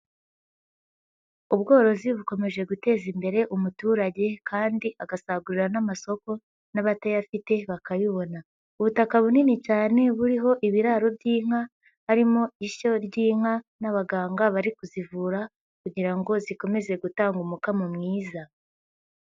Ubworozi bukomeje guteza imbere umuturage kandi agasagurira n'amasoko n'abatayafite bakayibona. Ubutaka bunini cyane buriho ibiraro by'inka, harimo ishyo ry'inka n'abaganga bari kuzivura kugira ngo zikomeze gutanga umukamo mwiza.